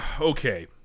Okay